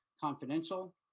confidential